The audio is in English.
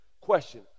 Question